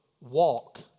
walk